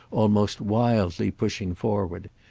almost wildly pushing forward.